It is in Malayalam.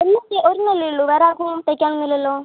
ഒന്നിച്ച് ഒരണമല്ലേ ഉള്ളൂ വേറാർക്കും തൈക്കാനൊന്നും ഇല്ലലോ